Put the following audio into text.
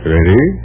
Ready